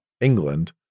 England